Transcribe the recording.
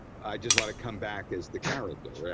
i just want to come back as the character, i